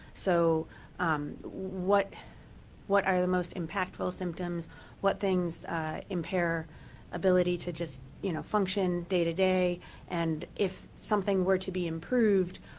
so what what are the most impactful symptoms what things impair ability to just you know function day to day and if something were to be improved,